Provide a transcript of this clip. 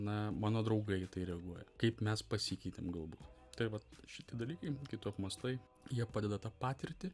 na mano draugai į tai reaguoja kaip mes pasikeitėm galbūt tai vat šitie dalykai kai tu apmąstai jie padeda tą patirtį